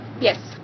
Yes